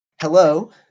Hello